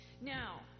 Now